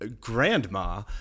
Grandma